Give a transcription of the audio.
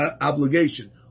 obligation